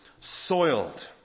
soiled